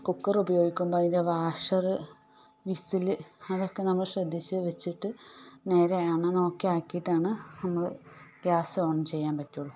cooker ഉപയോഗിക്കുമ്പോൾ അതിൻ്റെ washer whistle അതൊക്കെ നമ്മൾ ശ്രദ്ധിച്ചു വച്ചിട്ട് നേരെയാണോ ഓക്കെ ആക്കിയിട്ടാണ് നമ്മൾ ഗ്യാസ് ഓൺ ചെയ്യാൻ പറ്റുകയുള്ളൂ